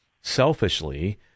selfishly